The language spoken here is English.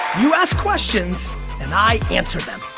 you ask questions and i answer them.